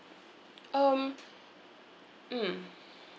um mm